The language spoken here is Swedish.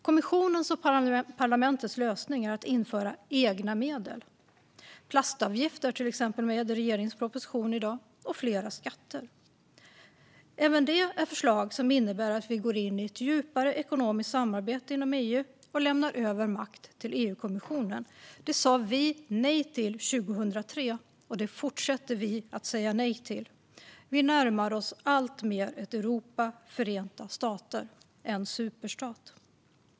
Kommissionens och parlamentets lösning är att införa egna medel, till exempel plastavgift, som är med i regeringens proposition i dag, och flera skatter. Även det är förslag som innebär att vi går in i ett djupare ekonomiskt samarbete inom EU och lämnar över makt till EU-kommissionen. Det sa vi nej till 2003, och det fortsätter vi att säga nej till. Vi närmar oss alltmer ett Europas förenta stater, en superstat.